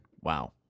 wow